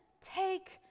take